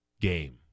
Game